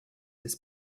his